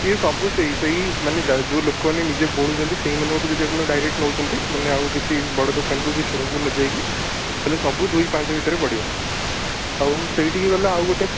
ସିଏ ସବୁ ସେହି ସେହି ମାନେ ଯା ଯେଉଁ ଲୋକମାନେ ନିଜେ ବୁଣୁଛନ୍ତି ସେହି ମାନଙ୍କଠୁ ଯଦି ଆପଣ ଡାଇରେକ୍ଟ୍ ନେଉଛନ୍ତି ମାନେ ଆଉ କିଛି ବଡ ଦୋକାନକୁ ବି ଶୋରୁମ୍କୁ ନ ଯାଇକି ମାନେ ସବୁ ଦୁଇ ପାଞ୍ଚ ଭିତରେ ପଡ଼ିବ ଆଉ ସେଇଠିକି ଗଲେ ଆଉ ଗୋଟେ